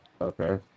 Okay